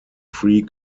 free